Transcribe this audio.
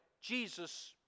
Jesus